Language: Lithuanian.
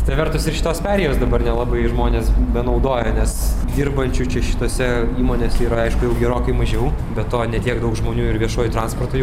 kita vertus ir šitos partijos dabar nelabai žmonės benaudoja nes dirbančių čia šituose įmonės yra aišku jau gerokai mažiau be to ne tiek daug žmonių ir viešuoju transportu jau